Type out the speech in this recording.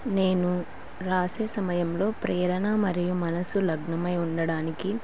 నేను రాసే సమయంలో ప్రేరణ మరియు మనసు లగ్నమై ఉండడానికి